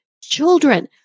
children